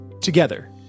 together